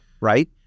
Right